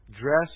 dress